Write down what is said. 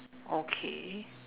okay